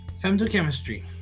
Femtochemistry